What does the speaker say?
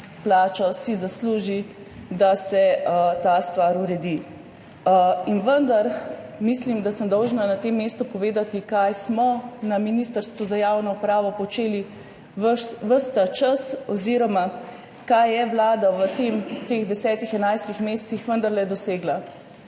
plačo zasluži, da se ta stvar uredi. In vendar mislim, da sem dolžna na tem mestu povedati, kaj smo na Ministrstvu za javno upravo počeli ves ta čas oziroma kaj je Vlada v teh 10, 11 mesecih vendarle dosegla.